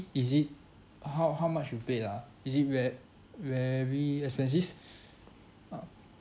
is it how how much you paid ah is it ve~ very expensive uh